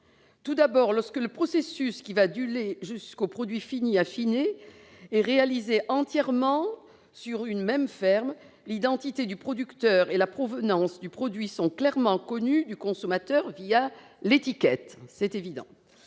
Tout d'abord, lorsque le processus qui va du lait au produit fini affiné est réalisé entièrement sur une même ferme, l'identité du producteur et la provenance du produit sont clairement connus du consommateur l'étiquette. C'est évident.